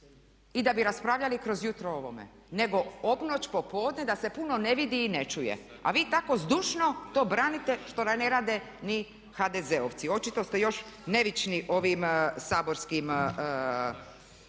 i da bi raspravljali kroz jutro o ovome nego obnoć, popodne da se puno ne vidi i ne čuje. A vi tako zdušno to branite što ne rade ni HDZ-ovci. Očito ste još nevični ovim saborskim